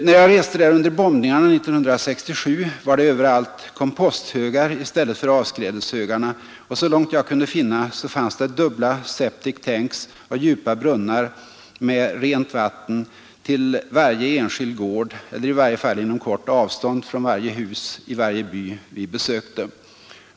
När jag reste där under bombningarna 1967 var det överallt komposthögar i stället för avskrädeshögarna, och så långt jag kunde finna fanns det ”dubbla septic tanks” och djupa brunnar med rent vatten till varje enskild gård eller i varje fall inom kort avstånd från varje hus i varje by vi besökte.